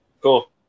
Cool